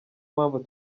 mpamvu